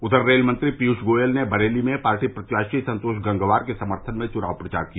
उधर रेल मंत्री पीयूष गोयल ने बरेली में पार्टी प्रत्याशी संतोष गंगवार के समर्थन में चुनाव प्रचार किया